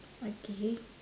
okay